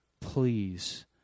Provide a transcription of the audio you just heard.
Please